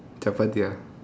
that one their